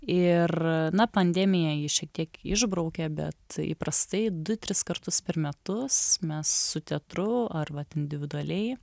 ir na pandemija ji šiek tiek išbraukė bet įprastai du tris kartus per metus mes su teatru arba individualiai